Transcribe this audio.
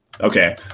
Okay